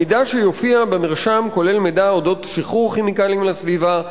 המידע שיופיע במרשם כולל מידע על אודות שחרור כימיקלים לסביבה,